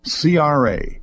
CRA